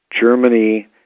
Germany